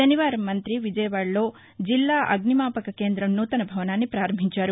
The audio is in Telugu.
శనివారం మంతి విజయవాడలో జిల్లా అగ్నిమాపక కేంద్రం సూతన భవనాన్ని ప్రారంభించారు